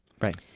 Right